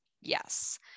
Yes